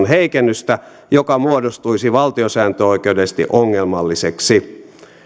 heikennystä joka muodostuisi valtiosääntöoikeudellisesti ongelmalliseksi